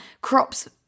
Crops